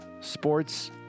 sports